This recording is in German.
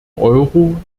euro